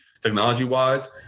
Technology-wise